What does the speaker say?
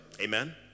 amen